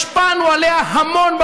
השפענו עליה המון,